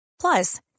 Plus